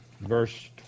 verse